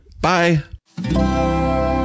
bye